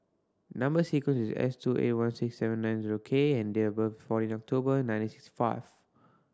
number sequence is S two eight one six seven nine zero K and date of birth is fourteen October nineteen sixty five